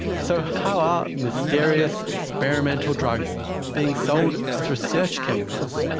so how are mysterious experimental drugs being sold as research chemicals?